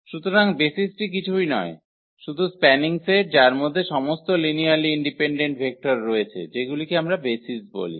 সুতরাং বেসিসটি কিছুই নয় শুধু স্প্যানিং সেট যার মধ্যে সমস্ত লিনিয়ারলি ইন্ডিপেন্ডেন্ট ভেক্টর রয়েছে যেগুলিকে আমরা বেসিস বলি